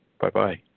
Bye-bye